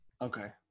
okay